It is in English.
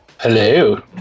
hello